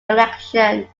election